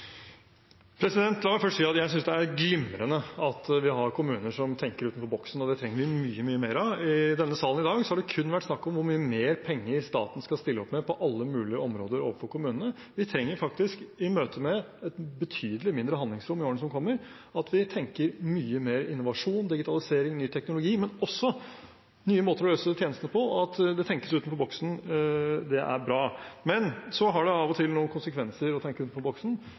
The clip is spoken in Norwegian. La meg først si at jeg synes det er glimrende at vi har kommuner som tenker utenfor boksen. Det trenger vi mye, mye mer av. I denne salen i dag har det kun vært snakk om hvor mye mer penger staten skal stille opp med på alle mulige områder overfor kommunene. Vi trenger faktisk, i møte med et betydelig mindre handlingsrom i årene som kommer, at vi tenker mye mer innovasjon, digitalisering og ny teknologi, men også nye måter å løse tjenestene på. At det tenkes utenfor boksen, er bra. Men så har av og til det å tenke utenfor boksen noen konsekvenser